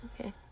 Okay